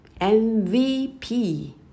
MVP